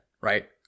right